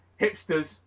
Hipsters